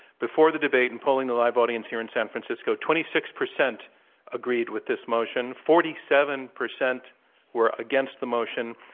before the debate, in polling the live audience here in san francisco, twenty six percent agreed with this motion. forty seven percent were against the motion.